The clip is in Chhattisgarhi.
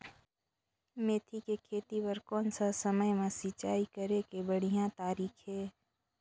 मेथी के खेती बार कोन सा समय मां सिंचाई करे के बढ़िया तारीक हे?